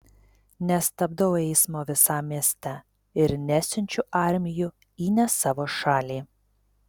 nestabdau eismo visam mieste ir nesiunčiu armijų į ne savo šalį